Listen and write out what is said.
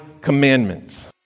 commandments